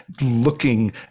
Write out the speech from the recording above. looking